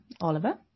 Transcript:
Oliver